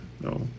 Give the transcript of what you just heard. no